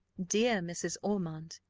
dear mrs. ormond,